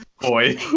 boy